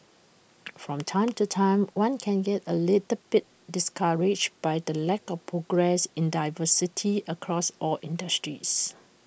from time to time one can get A little bit discouraged by the lack of progress in diversity across all industries